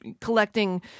collecting